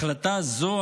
החלטה זו,